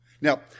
Now